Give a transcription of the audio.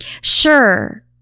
Sure